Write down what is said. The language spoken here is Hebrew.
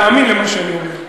להאמין למה שאני אומר.